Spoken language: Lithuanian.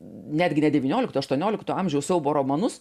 netgi ne devyniolikto aštuoniolikto amžiaus siaubo romanus